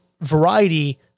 variety